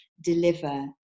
deliver